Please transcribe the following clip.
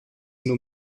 nur